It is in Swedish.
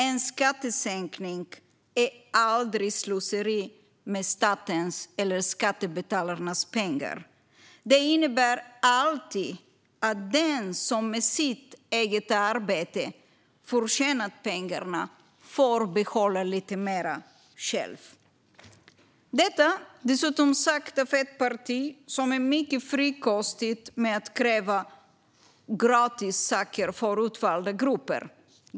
En skattesänkning är aldrig slöseri med statens eller skattebetalarnas pengar; den innebär alltid att den som med sitt eget arbete förtjänat pengarna får behålla lite mer själv. Detta är dessutom sagt av ett parti som är mycket frikostigt med att kräva gratis saker för utvalda grupper.